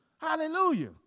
Hallelujah